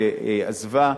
שעזבה,